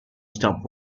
stopped